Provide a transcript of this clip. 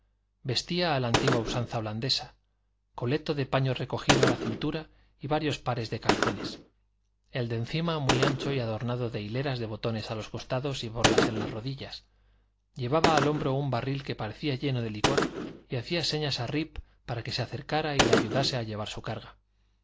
vestía a la antigua usanza holandesa coleto de paño recogido a la cintura y varios pares de calzones el de encima muy ancho y adornado de hileras de botones a los costados y borlas en las rodillas llevaba al hombro un barril que parecía lleno de licor y hacía señas a rip para que se acercara y le ayudase a llevar su carga